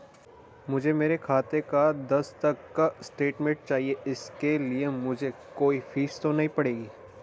मुझे मेरे खाते का दस तक का स्टेटमेंट चाहिए इसके लिए मुझे कोई फीस तो नहीं पड़ेगी?